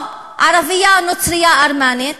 או ערבייה נוצרייה ארמנית,